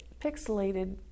pixelated